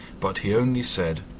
but he only said,